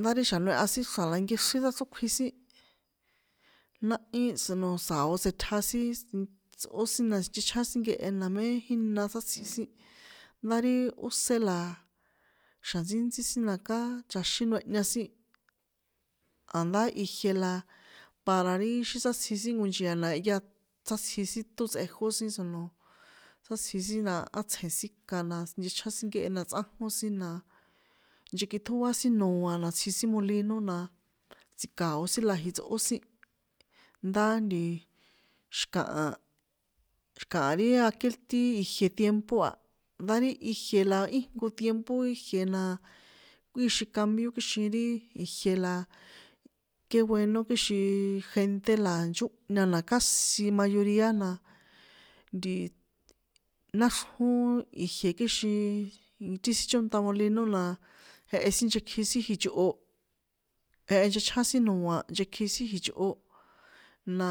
Ndá ri xa̱noeha sin xra̱ la nkexrín sáchrókjui sin, náhi, sino sa̱o tsꞌitja sin tsꞌó sin na, sinchechján sin nkehe namé jína sátsji sin, ndá rí ósé la, xa̱ntsíntsí sin na kjá chaxin noehña sin, a̱ndá ijie la para ri xí sátsji xin nko nchia na jehya sátsji sin ṭón tsꞌejó sin sono, sátsji sin na á tsje̱n ka na sinchechjain nkehe na tsꞌánjon sin na, nchekiṭjóa sin noa na tsji sin molino na, tsi̱ka̱o sin la jitsꞌó sin, ndá ntiiii, xi̱kaha, xi̱kaa ri aquel tiempo ti ijie tiempo a, ndá ri ijie la íjnko tiempo ri ijie na, kꞌuíxin cambio kixin ri ijie la, que bueno kixin gente la nchonhña la kjásin mayoría na, ntiii, náxrjón ijie kixiiiiin, ti sin chónṭa molino la jehe sin nchekji sin jichꞌo, jehe nchechján sin noa nchekji sin jichꞌo, na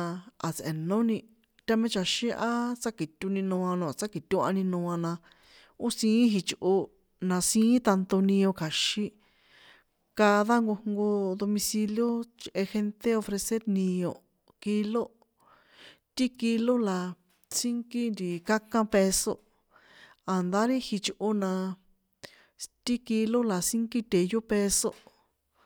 a̱ tsꞌe̱nóni, tamé chaxín á tsáki̱to̱ni noa na o̱ tsákitohani noa na ó siín jichꞌo, na siín tanto nio kja̱xin, cada nkojnko domicilio chꞌe gente ofrecer nio, kilo, ti kilo la sínkí ntiii, kákán peso, a̱ndá ri jichꞌo na- a, si ti kilo la sínkí teyó peso.